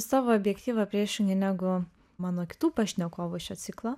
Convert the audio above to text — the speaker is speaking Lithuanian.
savo objektyvą priešingai negu mano kitų pašnekovų iš šio ciklo